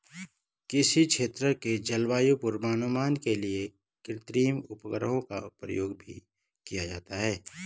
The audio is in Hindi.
किसी क्षेत्र के जलवायु पूर्वानुमान के लिए कृत्रिम उपग्रहों का प्रयोग भी किया जाता है